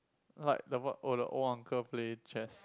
what the what oh the old uncle play chess